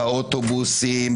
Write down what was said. באוטובוסים,